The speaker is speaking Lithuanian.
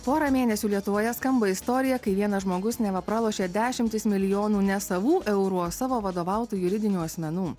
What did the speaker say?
porą mėnesių lietuvoje skamba istorija kai vienas žmogus neva pralošė dešimtis milijonų nesavų eurų savo vadovautų juridinių asmenų